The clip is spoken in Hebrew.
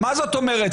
מה זאת אומרת?